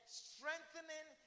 strengthening